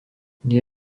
nie